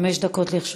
בבקשה, חמש דקות לרשותך.